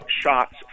shots